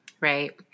right